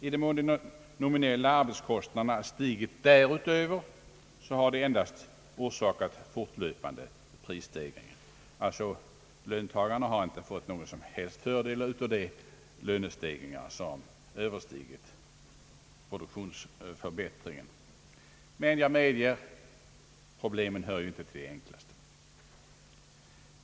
I den mån de nominella arbetskostnaderna stigit därutöver har de endast orsakat fortlöpande prisstegring. Löntagarna har alltså inte haft någon som helst fördel av de lönestegringar som överstigit produktionsförbättringen. Problemen hör förvisso inte till de enklaste.